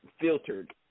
filtered